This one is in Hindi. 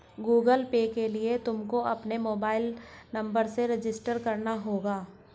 गूगल पे के लिए तुमको अपने मोबाईल नंबर से रजिस्टर करना होगा